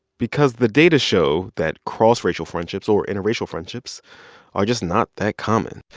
because the data show that cross-racial friendships or interracial friendships are just not that common.